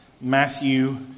Matthew